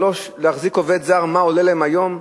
שלוש שנים להחזיק עובד זר וכמה עולה להם היום.